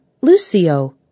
Lucio